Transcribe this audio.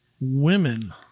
women